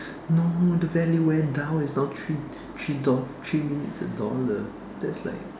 no the value went down it's now three three dollar three minutes a dollar that's like